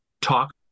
talk